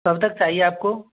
कब तक चाहिए आपको